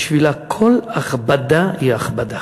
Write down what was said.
בשבילה כל הכבדה היא הכבדה.